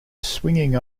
swinging